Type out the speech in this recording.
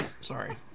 Sorry